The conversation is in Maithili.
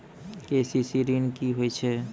के.सी.सी ॠन की होय छै?